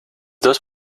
dos